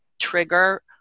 trigger